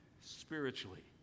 spiritually